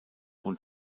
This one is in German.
und